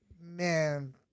man